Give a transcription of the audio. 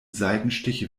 seitenstiche